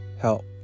help